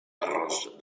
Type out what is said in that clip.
errors